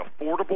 affordable